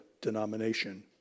denomination